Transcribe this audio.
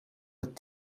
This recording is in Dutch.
het